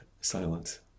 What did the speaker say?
silence